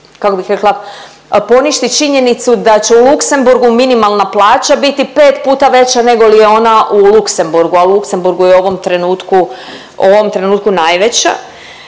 kako bih rekla poništit činjenicu da će u Luxemburgu minimalna plaća biti 5 puta veća nego li je ona u Luxemburgu, a u Luxemburgu je u ovom trenutku, u ovom